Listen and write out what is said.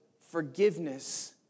forgiveness